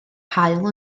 haul